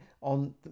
on